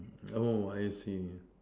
oh I see